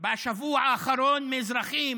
קיבלתי בשבוע האחרון מאזרחים,